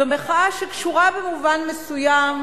זו מחאה שקשורה במובן מסוים,